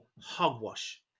hogwash